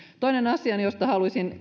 toinen asia josta haluaisin